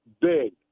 big